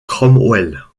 cromwell